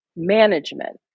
management